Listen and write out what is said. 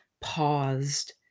paused